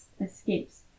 escapes